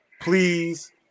Please